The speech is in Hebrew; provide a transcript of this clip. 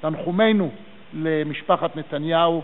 תנחומינו למשפחת נתניהו,